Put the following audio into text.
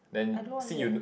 I don't know what's that